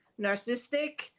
narcissistic